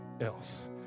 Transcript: else